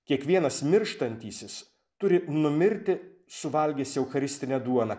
kiekvienas mirštantysis turi numirti suvalgęs eucharistinę duoną